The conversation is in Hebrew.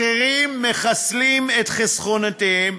אחרים מחסלים את חסכונותיהם,